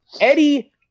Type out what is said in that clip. Eddie